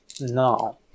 No